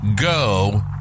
go